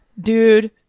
dude